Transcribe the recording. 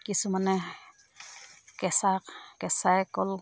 কিছুমানে কেঁচা কেঁচাই কল